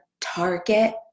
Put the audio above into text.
Target